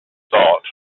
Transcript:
thought